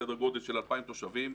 סדר גודל של 2,000 תושבים,